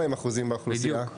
כמה אחוזים מהאוכלוסייה הם הספרדיים?